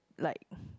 like